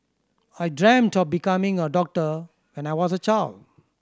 I dreamt of becoming a doctor when I was a child